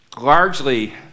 largely